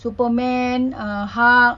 superman uh hulk